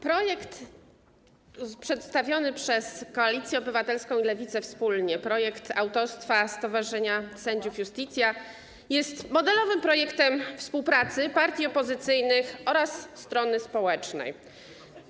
Projekt przedstawiony przez Koalicję Obywatelską i Lewicę wspólnie, projekt autorstwa stowarzyszenia sędziów Iustitia jest modelowym projektem współpracy partii opozycyjnych oraz strony społecznej.